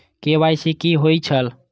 KYC कि होई छल?